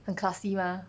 很 classy mah